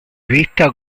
vista